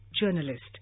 journalist